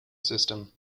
system